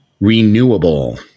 Renewable